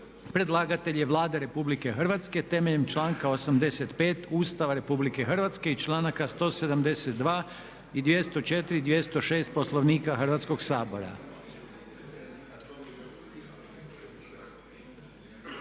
Predlagatelj je Vlada Republike Hrvatske temeljem članka 85. Ustava RH i članaka 172. i 204. i 206. Poslovnika Hrvatskog sabora.